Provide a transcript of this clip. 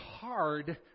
hard